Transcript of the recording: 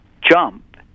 jump